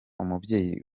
umubyeyi